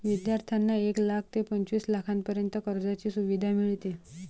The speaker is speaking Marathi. विद्यार्थ्यांना एक लाख ते पंचवीस लाखांपर्यंत कर्जाची सुविधा मिळते